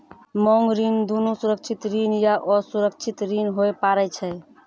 मांग ऋण दुनू सुरक्षित ऋण या असुरक्षित ऋण होय पारै छै